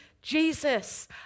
Jesus